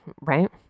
Right